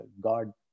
God